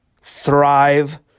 thrive